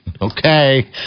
Okay